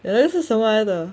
ya 这是什么来的